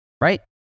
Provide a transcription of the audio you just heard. Right